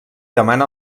demana